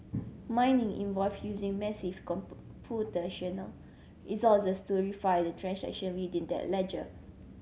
mining involve using massive resources to the transaction within that ledger